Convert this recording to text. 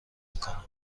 میکنم